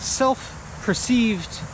self-perceived